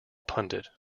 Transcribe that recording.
pundit